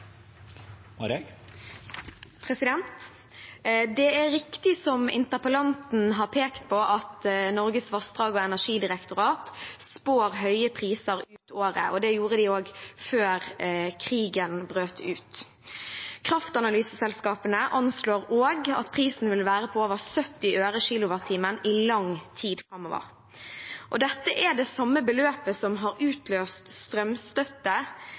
riktig, som interpellanten har pekt på, at Norges vassdrags- og energidirektorat spår høye priser ut året. Det gjorde de også før krigen brøt ut. Kraftanalyseselskapene anslår også at prisen vil være på over 70 øre/kWh i lang tid framover. Dette er det samme beløpet som har utløst strømstøtte